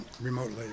remotely